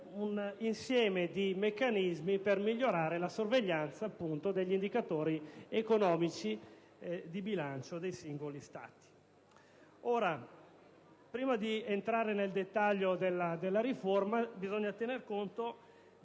insieme di meccanismi per migliorare la sorveglianza degli indicatori economici di bilancio dei singoli Stati. Prima di entrare nel dettaglio della riforma, bisogna tener conto